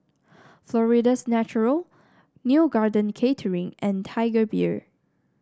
Florida's Natural Neo Garden Catering and Tiger Beer